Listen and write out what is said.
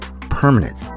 permanent